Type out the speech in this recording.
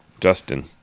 Justin